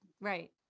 right